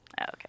Okay